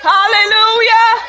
Hallelujah